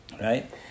right